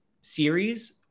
series